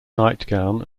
nightgown